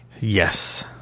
yes